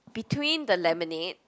between the lemonade